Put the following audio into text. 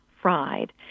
fried